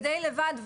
ודיי לבד,